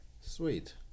sweet